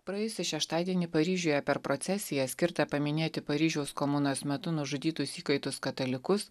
praėjusį šeštadienį paryžiuje per procesiją skirtą paminėti paryžiaus komunos metu nužudytus įkaitus katalikus